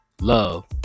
love